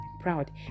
proud